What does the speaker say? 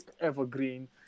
Evergreen